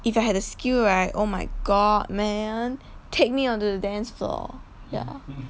if I had the skill right oh my god man take me onto the dance floor ya